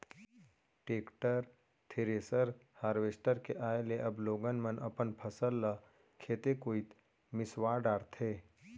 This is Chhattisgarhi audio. टेक्टर, थेरेसर, हारवेस्टर के आए ले अब लोगन मन अपन फसल ल खेते कोइत मिंसवा डारथें